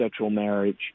marriage